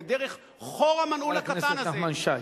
ודרך חור המנעול הקטן הזה,